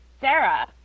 Sarah